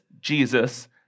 Jesus